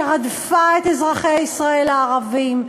שרדפה את אזרחי ישראל הערבים,